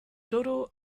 dodo